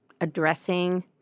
addressing